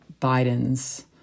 Biden's